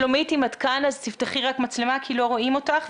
שלומית, אם את כאן תפתחי מצלמה כי לא רואים אותך.